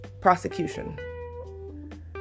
prosecution